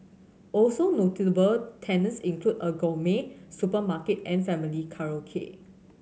also notable tenants include a gourmet supermarket and family karaoke